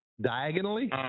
Diagonally